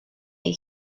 said